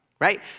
Right